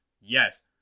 Yes